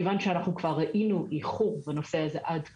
מכיוון שאנחנו כבר ראינו איחור בנושא הזה עד כה,